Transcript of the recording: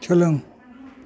सोलों